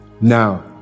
Now